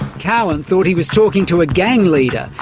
cowan thought he was talking to a gang leader.